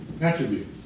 Attribute